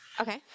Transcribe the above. Okay